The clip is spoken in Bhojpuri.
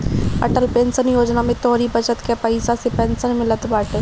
अटल पेंशन योजना में तोहरी बचत कअ पईसा से पेंशन मिलत बाटे